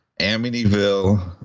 Amityville